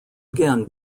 again